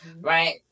right